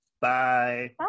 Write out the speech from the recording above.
Bye